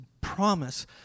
promise